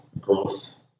growth